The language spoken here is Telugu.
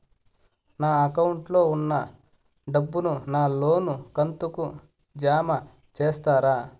నా అకౌంట్ లో ఉన్న డబ్బును నా లోను కంతు కు జామ చేస్తారా?